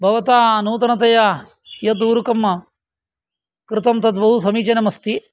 भवता नूतनतया यत् ऊरुकं कृतं तद्बहुसमीचीनम् अस्ति